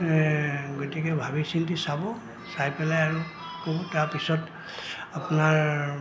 গতিকে ভাবি চিন্তি চাব চাই পেলাই আৰু ক তাৰপিছত আপোনাৰ